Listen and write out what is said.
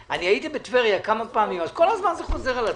הייתי בטבריה כמה פעמים והנושא הזה כל הזמן חוזר על עצמו,